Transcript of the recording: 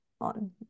on